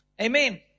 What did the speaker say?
Amen